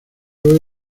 hoy